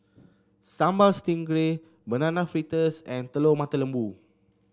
Sambal Stingray Banana Fritters and Telur Mata Lembu